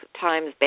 Times